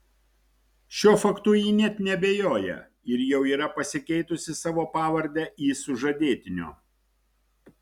šiuo faktu ji net neabejoja ir jau yra pasikeitusi savo pavardę į sužadėtinio